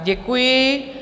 Děkuji.